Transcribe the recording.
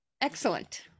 excellent